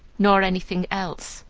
nor anything else,